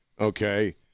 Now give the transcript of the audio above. Okay